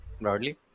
broadly